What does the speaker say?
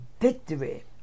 victory